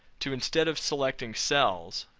to instead of selecting cells,